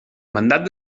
mandat